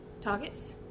targets